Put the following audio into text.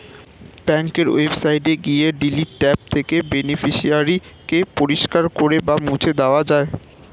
ব্যাঙ্কের ওয়েবসাইটে গিয়ে ডিলিট ট্যাব থেকে বেনিফিশিয়ারি কে পরিষ্কার করে বা মুছে দেওয়া যায়